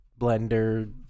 blender